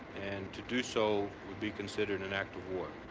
and to do so would be considered an act of war.